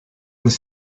with